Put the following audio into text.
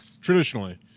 traditionally